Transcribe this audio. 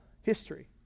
history